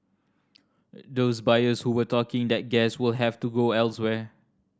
those buyers who were taking that gas will have to go elsewhere